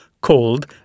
called